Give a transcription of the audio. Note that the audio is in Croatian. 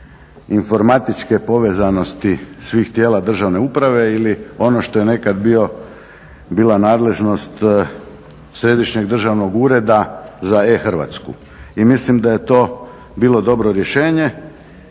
informatičke povezanosti svih tijela državne uprave ili ono što je nekad bila nadležnost središnjeg Državnog ureda za e-Hrvatsku. I mislim da je to bilo dobro rješenje.